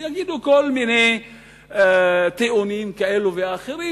ויגידו כל מיני טיעונים כאלה ואחרים,